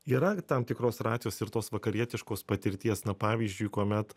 yra tam tikros racijos ir tos vakarietiškos patirties na pavyzdžiui kuomet